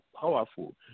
powerful